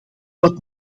wat